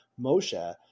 Moshe